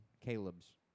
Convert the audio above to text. Caleb's